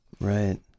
Right